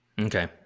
Okay